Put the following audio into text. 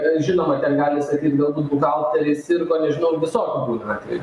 žinoma ten gali sakyt galbūt buhalteriai sirgo nežinau visokių būna atvejų